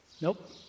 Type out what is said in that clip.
Nope